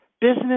business